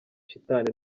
shitani